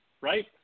right